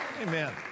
Amen